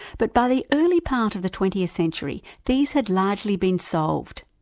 but by the early part of the twentieth century these had largely been solved.